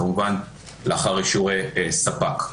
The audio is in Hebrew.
כמובן לאחר אישור ספק.